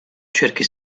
cerchi